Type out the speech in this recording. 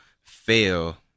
fail